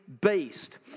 based